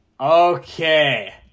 Okay